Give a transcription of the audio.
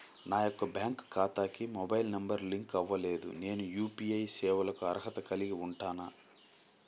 నా యొక్క బ్యాంక్ ఖాతాకి మొబైల్ నంబర్ లింక్ అవ్వలేదు నేను యూ.పీ.ఐ సేవలకు అర్హత కలిగి ఉంటానా?